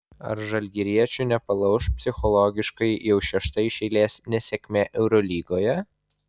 ar žalgiriečių nepalauš psichologiškai jau šešta iš eilės nesėkmė eurolygoje